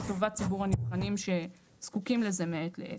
לטובת ציבור הנבחנים שזקוקים לזה מעת לעת.